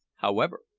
however,